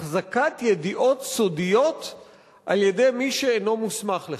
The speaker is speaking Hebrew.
החזקת ידיעות סודיות על-ידי מי שאינו מוסמך לכך.